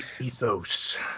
ethos